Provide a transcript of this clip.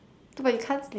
no but you can't sleep